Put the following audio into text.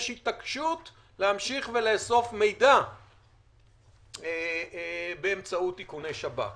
יש התעקשות להמשיך ולאסוף מידע באמצעות איכוני שב"כ.